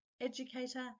educator